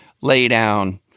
lay-down